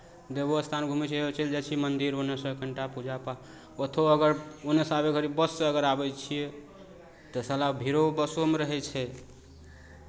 देवो स्थान घूमै छियै चलि जाइ छियै मन्दिर ओन्नऽ सँ कनि टा पूजा पाठ ओतहु अगर ओन्नऽ सँ आबैत घड़ी बससँ अगर आबै छियै तऽ साला भीड़ो बसोमे रहै छै